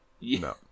no